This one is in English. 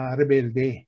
rebelde